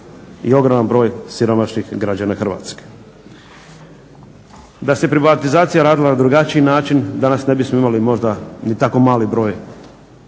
i ogroman broj siromašnih građana Hrvatske. Da se privatizacija radila na drugačiji način danas ne bismo imali možda ni tako mali broj